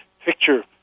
picture